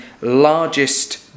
largest